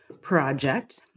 project